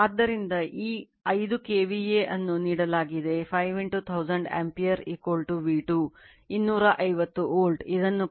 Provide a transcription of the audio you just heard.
ಆದ್ದರಿಂದ ಈ 5 KVA ಅನ್ನು ನೀಡಲಾಗಿದೆ 5 1000 ಆಂಪಿಯರ್ V2 250 ವೋಲ್ಟ್ ಇದನ್ನು ಪರಿಹರಿಸಿದರೆ I2 20 ampere full load current ಪಡೆಯುತ್ತದೆ